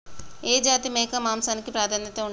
ఏ జాతి మేక మాంసానికి ప్రాధాన్యత ఉంటది?